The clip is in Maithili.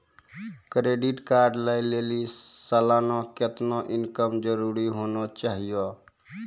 क्रेडिट कार्ड लय लेली सालाना कितना इनकम जरूरी होना चहियों?